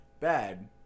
bad